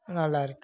நல்லா இருக்குது